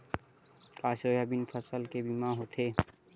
का सोयाबीन फसल के बीमा होथे?